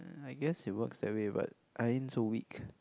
I guess it works that way but I ain't so weak